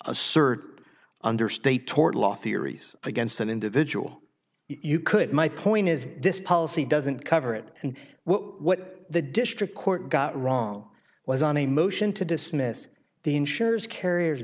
assert under state tort law theories against an individual you could my point is this policy doesn't cover it and what the district court got wrong was on a motion to dismiss the insurers carrier